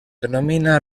denomina